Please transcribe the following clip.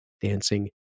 Dancing